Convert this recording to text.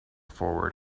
forward